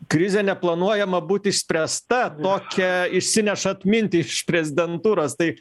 krizė neplanuojama būti išspręsta tokią išsinešat mintį iš prezidentūros tai